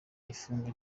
ifungwa